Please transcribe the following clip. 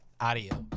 Adios